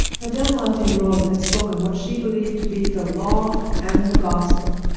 madame ratignolle had spoken what she believed to be the law and the gospel.